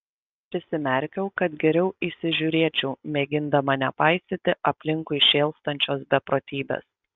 prisimerkiau kad geriau įsižiūrėčiau mėgindama nepaisyti aplinkui šėlstančios beprotybės